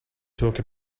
talk